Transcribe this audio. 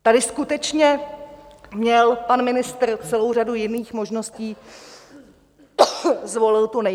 Tady skutečně měl pan ministr celou řadu jiných možností, zvolil tu nejhorší.